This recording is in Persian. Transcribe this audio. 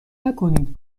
نکنید